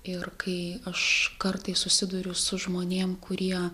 ir kai aš kartais susiduriu su žmonėm kurie